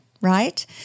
right